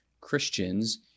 Christians